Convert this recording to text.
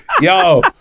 Yo